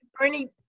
Bernie